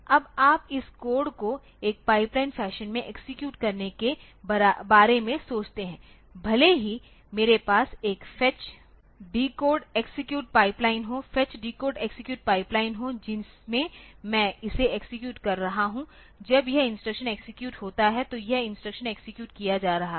अब आप इस कोड को एक पाइपलाइन फैशन में एक्सेक्यूट करने के बारे में सोचते हैं भले ही मेरे पास एक फेच डिकोड एक्सेक्यूट पाइपलाइन हो फेच डिकोड एक्सेक्यूट पाइपलाइन हो जिसमें मैं इसे एक्सेक्यूट कर रहा हूं जब यह इंस्ट्रक्शन एक्सेक्यूट होता है तो यह इंस्ट्रक्शन एक्सेक्यूट किया जा रहा है